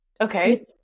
Okay